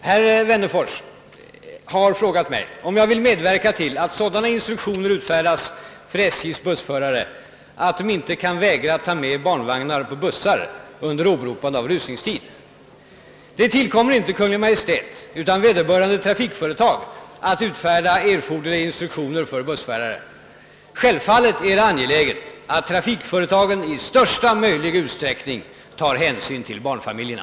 Herr talman! Herr Wennerfors har frågat mig, om jag vill medverka till att sådana instruktioner utfärdas för SJ:s bussförare att de inte kan vägra ta med barnvagnar på bussar under åberopande av rusningstid. Det tillkommer inte Kungl. Maj:t utan vederbörande trafikföretag att utfärda erforderliga instruktioner för bussförare. Självfallet är det angeläget att trafikföretagen i största möjliga utsträckning tar hänsyn till barnfamiljerna.